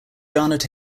garnered